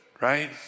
right